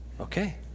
okay